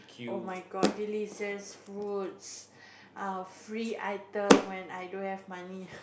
oh-my-god daily says foods ah free item when i don't have money